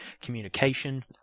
communication